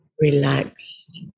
relaxed